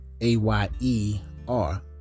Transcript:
A-Y-E-R